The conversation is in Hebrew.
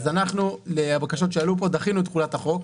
אנחנו, בגלל הבקשות שעלו פה, דחינו את תחולת החוק.